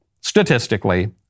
statistically